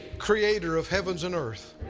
creator of heavens and earth,